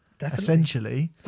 essentially